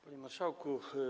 Panie Marszałku!